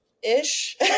ish